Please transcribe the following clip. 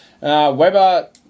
Weber